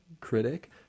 critic